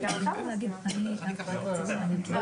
בסופו של דבר אני מבינה